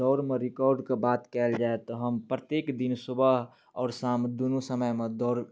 दौड़मे रिकार्डके बात कएल जाए तऽ हम प्रत्येक दिन सुबह आओर शाम दुनू समयमे दौड़